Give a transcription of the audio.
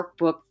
workbook